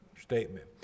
statement